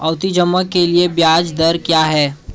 आवर्ती जमा के लिए ब्याज दर क्या है?